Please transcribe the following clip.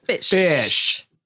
fish